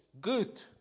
good